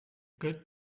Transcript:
good